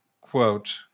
quote